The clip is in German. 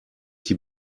die